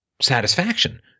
satisfaction